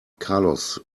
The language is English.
carlos